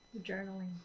journaling